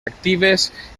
actives